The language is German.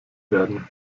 werden